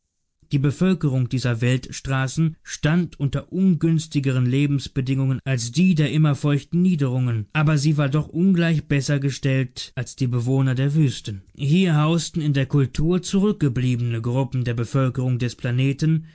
die bevölkerung dieser weltstraßen stand unter ungünstigeren lebensbedingungen als die der immer feuchten niederungen aber sie war doch ungleich besser gestellt als die bewohner der wüsten hier hausten in der kultur zurückgebliebene gruppen der bevölkerung des planeten